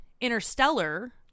Interstellar